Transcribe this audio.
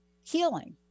healing